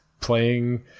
playing